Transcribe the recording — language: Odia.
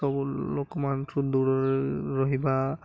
ସବୁ ଲୋକମାନ ଠୁ ଦୂରରେ ରହିବା